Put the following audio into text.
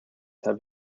have